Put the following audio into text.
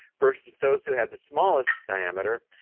versus those who had the smallest diameter,